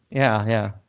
yeah. yeah.